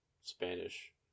Spanish